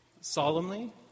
solemnly